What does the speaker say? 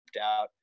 out